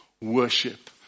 worship